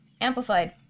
amplified